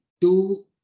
two